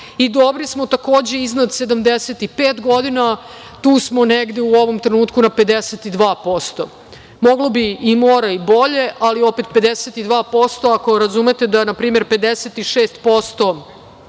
Dobri smo, takođe, iznad 75 godina. Tu smo negde u ovom trenutku na 52%. Moglo bi i mora i bolje, ali opet 52%, ako razumete da npr. 56%,